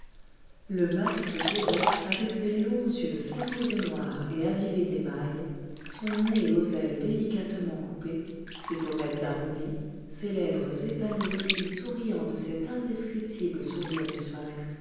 le masque doré avec ses longs yeux cernés de noir et avivés d'émail son nez aux ailes délicatement coupées ses pommettes arrondies ses lèvres épanouies et souriant de cet indescriptible sourire du